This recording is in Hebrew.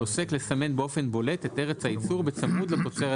על עוסק לסמן באופן בולט את ארץ הייצור בצמוד לתוצרת